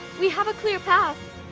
we have a clear path.